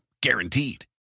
Guaranteed